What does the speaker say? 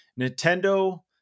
Nintendo